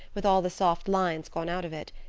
with all the soft lines gone out of it,